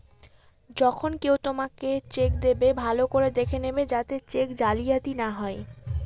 যখন কেউ তোমাকে চেক দেবে, ভালো করে দেখে নেবে যাতে চেক জালিয়াতি না হয়